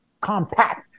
compact